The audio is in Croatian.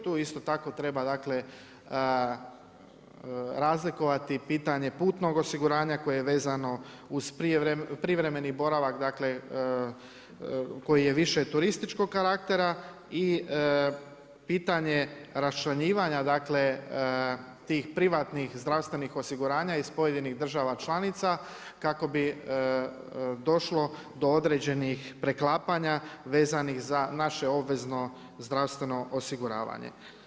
Tu isto tako treba dakle, razlikovati pitanje putnog osiguranja koje je vezano uz privremeni boravak koji je više turističkog karaktera i pitanje raščlanjivanje tih privatnih zdravstvenih osiguranja iz pojedinih država članica, kako bi došlo do određenih preklapanja vezano za naše obvezno zdravstveno osiguravanje.